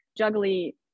juggly